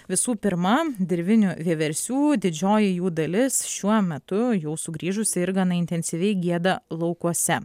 visų pirma dirvinių vieversių didžioji jų dalis šiuo metu jau sugrįžusi ir gana intensyviai gieda laukuose